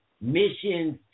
missions